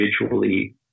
individually